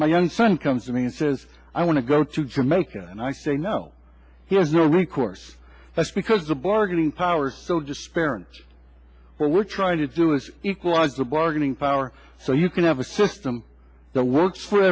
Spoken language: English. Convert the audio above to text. my young son comes to me and says i want to go to jamaica and i say no he has no recourse that's because the bargaining power so despairing what we're trying to do is equalize the bargaining power so you can have a system that works for